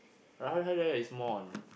but Hari Raya is more on